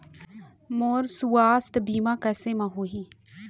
मोर सुवास्थ बीमा कैसे म होही?